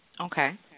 Okay